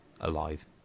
alive